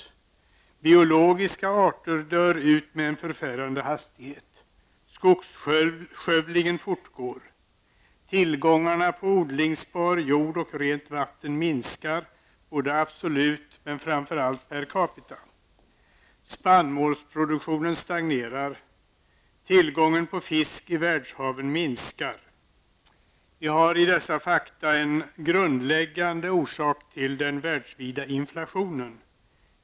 Biologiska arter dör ut med en förfärande hastighet. Skogsskövlingen fortgår. Tillgången till odlingsbar jord och rent vatten minskar både absolut men framför allt per capita. Spannmålsproduktionen stagnerar. Tillgången på fisk i världshaven minskar. Vi har i dessa fakta en grundläggande orsak till den världsvida inflationen.